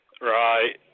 right